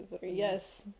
Yes